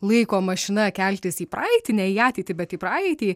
laiko mašina keltis į praeitį ne į ateitį bet į praeitį